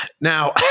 Now